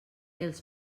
els